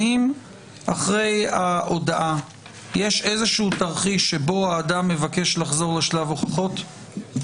האם אחרי ההודאה יש איזשהו תרחיש שבו האדם מבקש לחזור לשלב הוכחות?